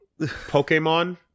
Pokemon